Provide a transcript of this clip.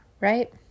right